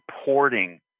supporting